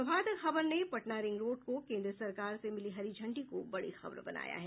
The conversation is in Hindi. प्रभात खबर ने पटना रिंग रोड को केन्द्र सरकार से मिली हरी झंडी को बड़ी खबर बनाया है